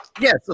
Yes